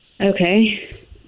Okay